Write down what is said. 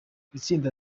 itsinda